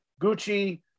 Gucci